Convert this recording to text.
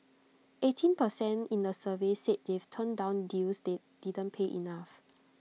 eighteen per cent in the survey said they've turned down deals that didn't pay enough